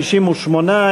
58,